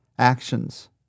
actions